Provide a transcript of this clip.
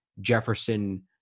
Jefferson